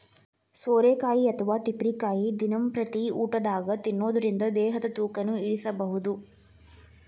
ಸೋರೆಕಾಯಿ ಅಥವಾ ತಿಪ್ಪಿರಿಕಾಯಿ ದಿನಂಪ್ರತಿ ಊಟದಾಗ ತಿನ್ನೋದರಿಂದ ದೇಹದ ತೂಕನು ಇಳಿಸಬಹುದು